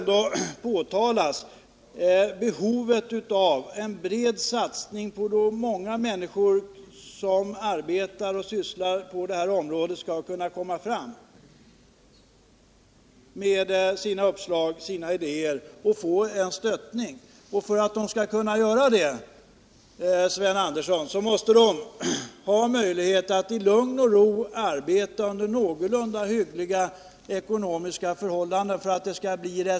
Det behövs en bred satsning för att de många människor som arbetar på det här området skall kunna komma fram med sina idéer och uppslag. För att det skall kunna bli något resultat, Sven Andersson, måste de ha möjlighet att arbeta i lugn och ro under någorlunda hyggliga ekonomiska förhållanden.